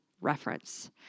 reference